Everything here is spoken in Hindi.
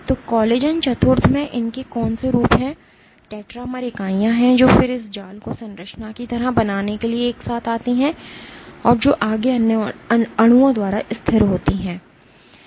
तो कोलेजन चतुर्थ में इसके कौन से रूप हैं टेट्रामर इकाइयाँ हैं जो फिर इस जाल को संरचना की तरह बनाने के लिए एक साथ आती हैं जो आगे अन्य अणुओं द्वारा स्थिर होती है